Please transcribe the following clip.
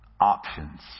options